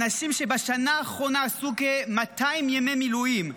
אנשים שבשנה האחרונה עשו כ-200 ימי מילואים,